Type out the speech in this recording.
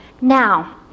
now